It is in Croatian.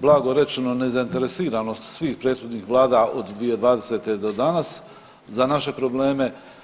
blago rečeno nezainteresiranost svih prethodnih vlada od 2020. do danas za naše probleme.